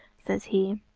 says he,